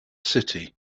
city